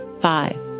five